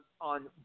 on